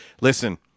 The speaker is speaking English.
listen